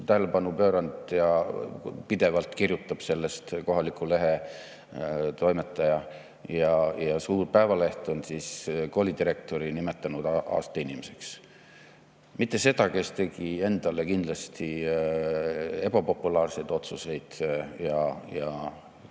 tähelepanu pööranud, pidevalt kirjutab sellest kohaliku lehe toimetaja ja suur päevaleht on koolidirektori nimetanud aasta inimeseks. Mitte selle, kes tegi kindlasti ebapopulaarseid otsuseid ja